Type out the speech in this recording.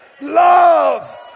love